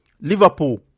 Liverpool